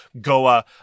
Goa